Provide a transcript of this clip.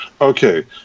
Okay